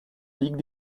ligue